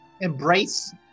embrace